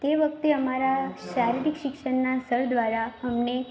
તે વખતે અમારા શારીરિક શિક્ષણના સર દ્વારા અમને